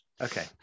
Okay